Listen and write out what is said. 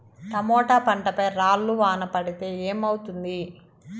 Tomato పంట పై రాళ్లు వాన పడితే ఏమవుతుంది?